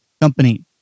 company